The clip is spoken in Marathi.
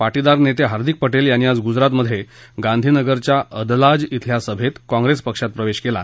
पाटीदार नेते हर्दिक पटेल यातीी आज गुजरातमधे गाधीनगरच्या अदलाज इथल्या सभेत काँग्रेस पक्षात प्रवेश केला